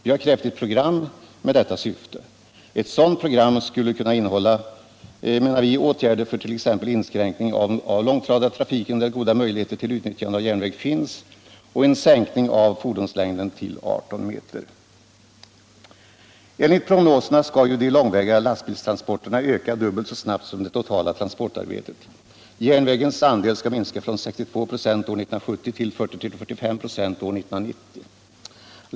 Vi har krävt ett program med detta syfte. Ett sådant program skulle, menar vi, kunna innehålla åtgärder för t.ex. inskränkning av långtradartrafiken, där goda möjligheter finns till utnyttjande av järnväg och en sänkning av fordonslängden till 18 meter. Enligt prognoserna skall de långväga lastbilstransporterna öka dubbelt så snabbt som det totala transportarbetet. Järnvägens andel skall minska från 62 26 år 1970 till 40 946 år 1990.